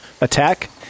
Attack